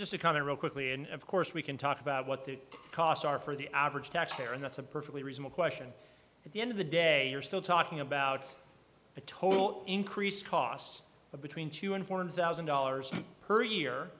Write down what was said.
just a kind of real quickly in of course we can talk about what the costs are for the average taxpayer and that's a perfectly reasonable question at the end of the day you're still talking about a total increase costs of between two and four hundred thousand dollars per year